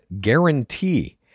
guarantee